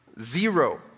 zero